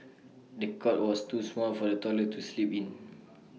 the cot was too small for the toddler to sleep in